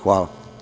Hvala.